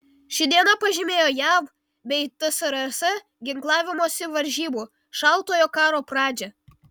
ši diena pažymėjo jav bei tsrs ginklavimosi varžybų šaltojo karo pradžią